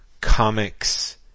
comics